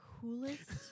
coolest